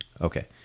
Okay